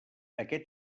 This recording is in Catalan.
aquest